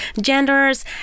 genders